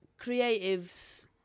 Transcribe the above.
creatives